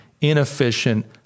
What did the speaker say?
inefficient